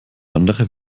andere